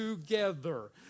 together